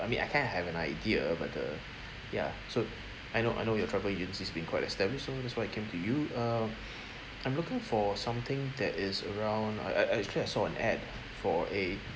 I mean I kind of have an idea but uh ya so I know I know your travel agency's been quite established so that's why I came to you err I'm looking for something that is around I I I actually I saw an ad for a